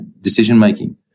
decision-making